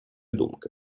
думки